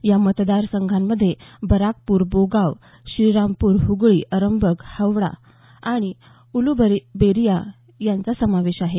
या मतदारसंघांमध्ये बराकपूर बोंगाव श्रीरामपूर हुगळी अरंबग हावडा आणि उल्बेरिया यांचा समावेश आहे